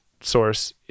source